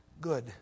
Good